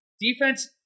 Defense